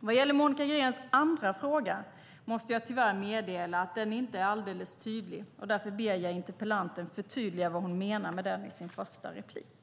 Vad gäller Monica Greens andra fråga måste jag tyvärr meddela att den inte är alldeles tydlig, och därför ber jag interpellanten förtydliga vad hon menar med den i sitt första inlägg.